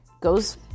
goes